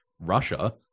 russia